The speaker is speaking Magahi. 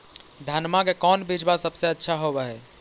धनमा के कौन बिजबा सबसे अच्छा होव है?